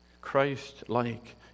Christ-like